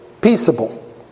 peaceable